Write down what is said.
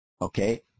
okay